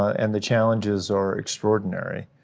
and the challenges are extraordinary.